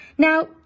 Now